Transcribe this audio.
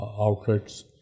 outlets